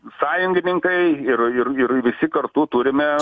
sąjungininkai ir ir visi kartu turime